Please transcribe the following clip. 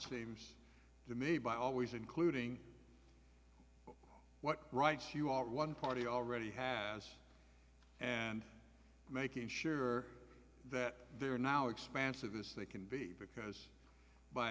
seems to me by always including what rights you are one party already has and making sure that they're now expansiveness they can be because by